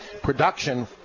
production